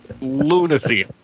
Lunacy